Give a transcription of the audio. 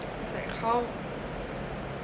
it's like how